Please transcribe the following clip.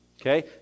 okay